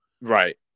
right